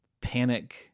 panic